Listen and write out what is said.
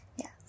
Yes